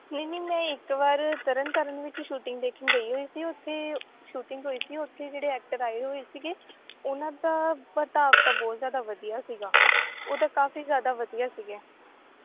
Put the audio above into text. ਨਹੀਂ ਨਹੀਂ ਮੈਂ ਇੱਕ ਵਾਰ ਤਰਨ ਤਾਰਨ ਵਿੱਚ ਸ਼ੂਟਿੰਗ ਦੇਖਣ ਗਈ ਹੋਈ ਸੀ ਉੱਥੇ ਸ਼ੂਟਿੰਗ ਹੋਈ ਸੀ ਉੱਥੇ ਜਿਹੜੇ ਐਕਟਰ ਆਏ ਹੋਏ ਸੀਗੇ ਉਨ੍ਹਾਂ ਦਾ ਵਰਤਾਓ ਤਾਂ ਬਹੁਤ ਜ਼ਿਆਦਾ ਵਧੀਆ ਸੀਗਾ ਉੱਦਾਂ ਕਾਫ਼ੀ ਜ਼ਿਆਦਾ ਵਧੀਆ ਸੀਗੇ